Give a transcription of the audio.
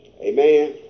Amen